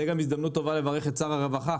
זו גם הזדמנות טובה לברך את שר הרווחה,